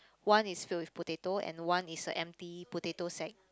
one is filled with potato and one is an empty potato sack